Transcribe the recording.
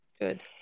Good